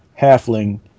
halfling